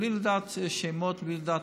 בלי לדעת שמות ובלי לדעת,